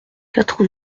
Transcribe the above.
quatre